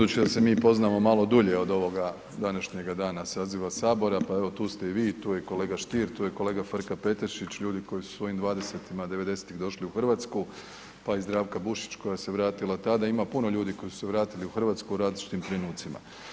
Budući da se mi poznamo malo dulje od ovoga današnjega dana saziva Sabora, pa evo tu ste i vi, tu je kolega Stier, tu je kolega Frka Petešić ljudi koji su u svojim dvadesetima devedesetih došli u Hrvatsku pa i Zdravka Bušić koja se vratila tada, ima puno ljudi koji su se vratili u Hrvatsku u različitim trenucima.